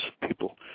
people